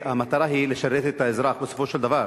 המטרה היא לשרת את האזרח בסופו של דבר.